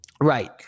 Right